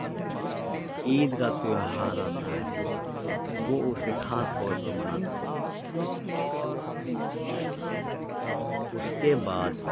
عید کا تہوار آتا ہے وہ اسے خاص طور پر مناتے ہیں اس کے بعد